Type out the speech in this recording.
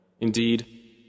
Indeed